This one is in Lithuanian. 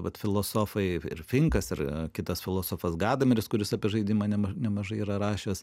vat filosofai ir finkas ir kitas filosofas gadomeris kuris apie žaidimą nemažai yra rašęs